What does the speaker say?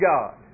God